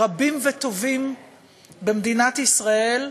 רבים וטובים במדינת ישראל,